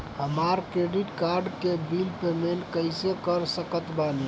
हमार credit card के bill payment कइसे कर सकत बानी?